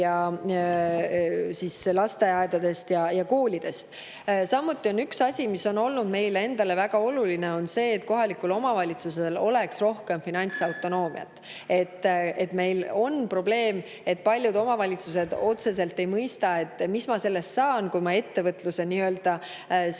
lastest, lasteaedadest ja koolidest. Samuti on üks asi, mis on olnud meile endale väga oluline: see, et kohalikul omavalitsusel oleks rohkem finantsautonoomiat. Meil on probleem, et paljud omavalitsused otseselt ei mõista, mis nad sellest saavad, kui nad ettevõtluse sinna